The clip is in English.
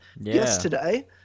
yesterday